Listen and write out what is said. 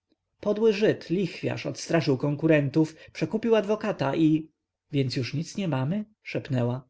skórzanym szeslągu podły żyd lichwiarz odstraszył konkurentów przekupił adwokata i więc już nic nie mamy szepnęła